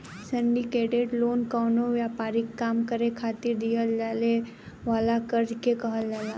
syndicated loan कवनो व्यापारिक काम करे खातिर दीहल जाए वाला कर्जा के कहल जाला